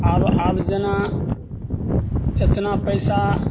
आब आब जेना एतना पइसा